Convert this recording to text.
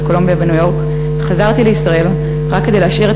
קולומביה בניו-יורק חזרתי לישראל רק כדי להשאיר את